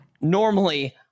Normally